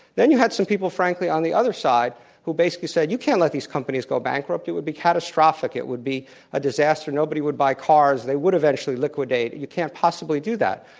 then you had some people, frankly, on the other side who basically said, you can't let these companies go bankrupt. it would be catastrophic, it would be a disaster. nobody would buy cars. they would eventually liquidate. you can't possibly do that.